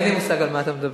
אין לי מושג על מה אתה מדבר,